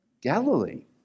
Galilee